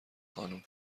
خانم